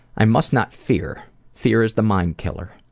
i must not fear. fear is the mind killer.